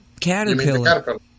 caterpillar